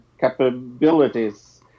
capabilities